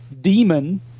Demon